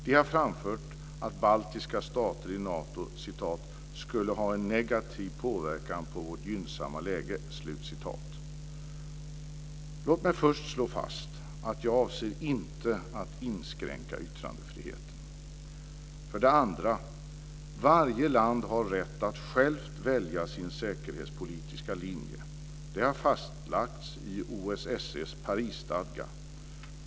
De har framfört att baltiska stater i Nato "skulle ha en negativ påverkan på vårt gynnsamma läge". Låt mig först slå fast att jag inte avser att inskränka yttrandefriheten! Varje land har rätt att självt välja sin säkerhetspolitiska linje. Detta har lagts fast i OSSE:s Parisstadga.